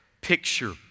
picture